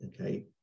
okay